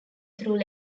through